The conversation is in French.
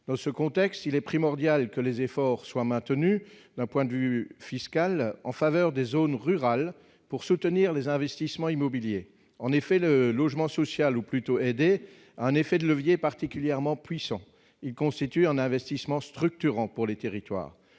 dans ce contexte, il est primordial que les efforts soient maintenus, d'un point de vue fiscal en faveur des zones rurales pour soutenir les investissements immobiliers, en effet, le logement social ou plutôt aider un effet de levier particulièrement puissant, il constitue un investissement structurant pour les territoires